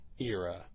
era